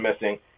missing